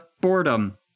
boredom